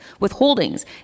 withholdings